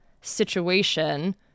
situation